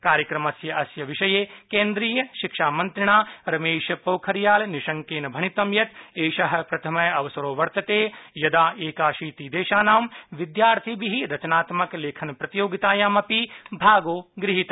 कार्यक्रमस्य अस्य विषये केन्द्रीयशिक्षामंत्रिणा रमेशपोखरियालनिशंकेन भणितं यत् एष प्रथम अवसरो वर्तते यदा एकाशति देशानां विद्यार्थिभि रचनात्मक लेखन प्रतियोगितायामपि भागो गृहीत